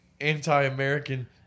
anti-American